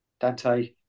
Dante